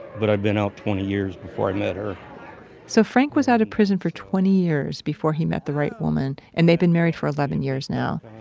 but i'd been out twenty years before i met her so frank was out of prison for twenty years before he met the right woman and they've been married for eleven years now.